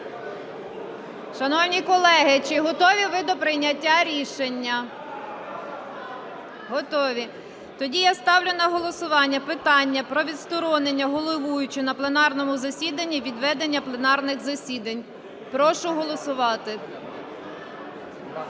Шановні колеги, чи готові ви до прийняття рішення? Готові. Тоді я ставлю на голосування питання про відсторонення головуючого на пленарному засіданні від ведення пленарних засідань. Прошу голосувати.